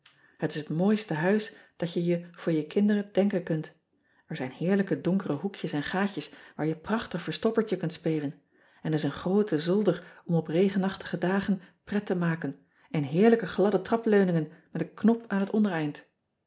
et is het mooiste huis dat je je voor je kinderen denken kunt r zijn heerlijke donkere hoekjes en gaatjes waar je prachtig verstoppertje kunt spelen en er is een groote zolder om op regenachtige dagen pret te maken en heerlijke gladde trapleuningen met een knop aan het